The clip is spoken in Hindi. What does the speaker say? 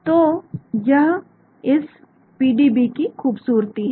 तो यह इस पीडीबी की खूबसूरती है